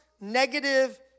Negative